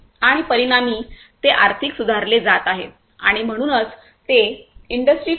आणि परिणामी ते आर्थिक सुधारले जात आहेत आणि म्हणूनच ते इंडस्ट्री 4